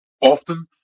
often